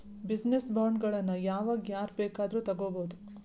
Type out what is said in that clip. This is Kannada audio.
ಬಿಜಿನೆಸ್ ಬಾಂಡ್ಗಳನ್ನ ಯಾವಾಗ್ ಯಾರ್ ಬೇಕಾದ್ರು ತಗೊಬೊದು?